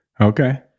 Okay